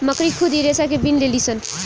मकड़ी खुद इ रेसा के बिन लेलीसन